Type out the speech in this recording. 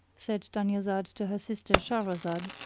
said dunyazad to her sister shahrazad,